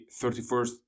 31st